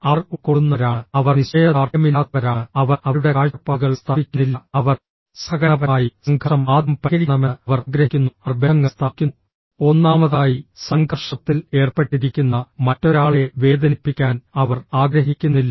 അവർ ഉൾക്കൊള്ളുന്നവരാണ് അവർ നിശ്ചയദാർഢ്യമില്ലാത്തവരാണ് അവർ അവരുടെ കാഴ്ചപ്പാടുകൾ സ്ഥാപിക്കുന്നില്ല അവർ സഹകരണപരമായി സംഘർഷം ആദ്യം പരിഹരിക്കണമെന്ന് അവർ ആഗ്രഹിക്കുന്നു അവർ ബന്ധങ്ങൾ സ്ഥാപിക്കുന്നു ഒന്നാമതായി സംഘർഷത്തിൽ ഏർപ്പെട്ടിരിക്കുന്ന മറ്റൊരാളെ വേദനിപ്പിക്കാൻ അവർ ആഗ്രഹിക്കുന്നില്ല